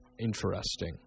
interesting